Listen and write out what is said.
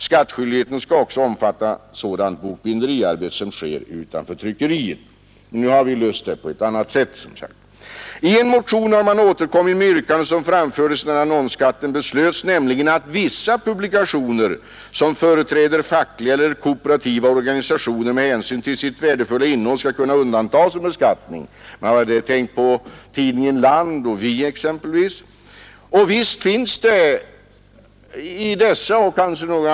Skattskyldigheten skall också omfatta sådant bokbinderiarbete som sker utanför tryckeriet. I en motion har man återkommit med ett yrkande som framfördes när annonsskatten beslöts, nämligen att vissa publikationer som företräder fackliga eller kooperativa organisationer med hänsyn till sitt värdefulla innehåll skall kunna undantas från beskattning. Man har tänkt exempelvis på tidningarna Land och Vi.